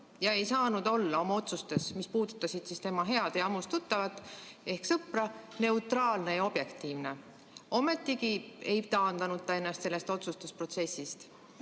ja ei saanud olla oma otsustes, mis puudutasid tema head ja ammust tuttavat, sõpra, neutraalne ja objektiivne. Ometi ei taandanud ta ennast otsustusprotsessist.